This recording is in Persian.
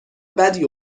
بدی